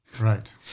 Right